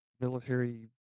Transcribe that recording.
military